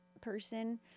person